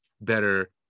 better